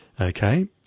Okay